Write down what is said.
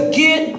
get